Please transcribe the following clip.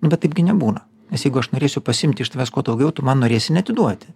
bet taipgi nebūna nes jeigu aš norėsiu pasiimti iš tavęs kuo daugiau tu man norėsi neatiduoti